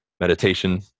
Meditation